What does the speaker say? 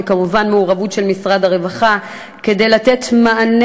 וכמובן מעורבות של משרד הרווחה כדי לתת מענה